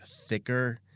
thicker